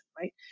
right